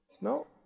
No